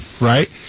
right